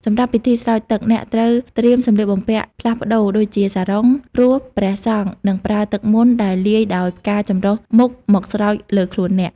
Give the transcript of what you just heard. សម្រាប់ពិធីស្រោចទឹក អ្នកត្រូវត្រៀមសម្លៀកបំពាក់ផ្លាស់ប្តូរ ដូចជាសារុង ព្រោះព្រះសង្ឃនឹងប្រើទឹកមន្តដែលលាយដោយផ្កាចម្រុះមុខមកស្រោចលើខ្លួនអ្នក។